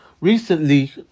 recently